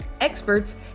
experts